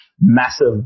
massive